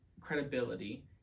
credibility